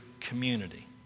community